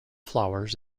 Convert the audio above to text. flowers